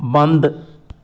ਬੰਦ